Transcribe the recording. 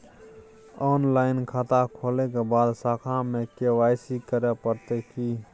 Online खाता खोलै के बाद शाखा में के.वाई.सी करे परतै की?